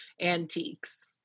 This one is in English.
antiques